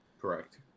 Correct